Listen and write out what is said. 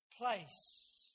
place